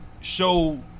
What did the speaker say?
show